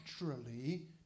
naturally